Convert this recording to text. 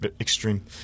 extreme